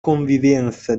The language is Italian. convivenza